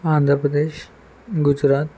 Andhra Pradesh Gujarat